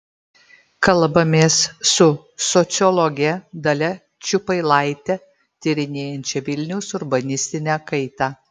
kalbamės su sociologe dalia čiupailaite tyrinėjančia vilniaus urbanistinę kaitą